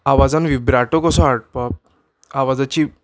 आवाजान विभ्राटो कसो हाडप आवाजाची